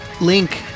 Link